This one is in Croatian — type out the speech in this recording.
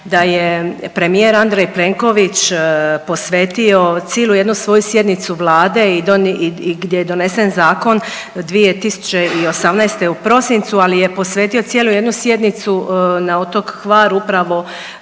da je premijer Andrej Plenković posvetio cijelu jednu svoju sjednicu Vlade i, gdje je donesen zakon 2018. u prosincu, ali je posvetio cijelu jednu sjednicu na otok Hvar upravo